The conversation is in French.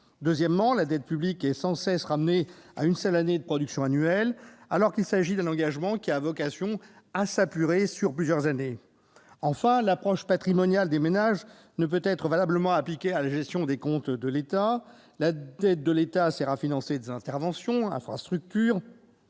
Deuxièmement, la dette publique est sans cesse ramenée à une seule année de production annuelle, alors qu'il s'agit d'un engagement qui a vocation à être apuré sur plusieurs années. Enfin, l'approche patrimoniale des ménages ne peut être valablement appliquée à la gestion des comptes de l'État. La dette de l'État sert à financer ses interventions -infrastructures,